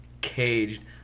caged